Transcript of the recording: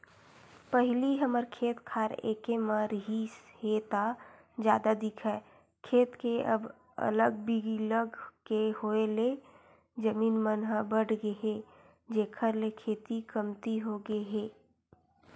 पहिली हमर खेत खार एके म रिहिस हे ता जादा दिखय खेत के अब अलग बिलग के होय ले जमीन मन ह बटगे हे जेखर ले खेती कमती होगे हे